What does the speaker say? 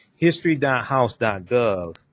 History.house.gov